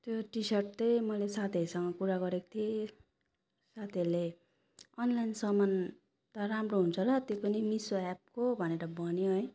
त्यो T shirt चाहिँ मैले साथीहरूसँग कुरा गरेको थिएँ साथीहरूले अनलाइन सामान त राम्रो हुन्छ र त्यो पनि मिसो एपको भनेर भन्यो है